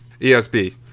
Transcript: ESB